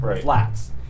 flats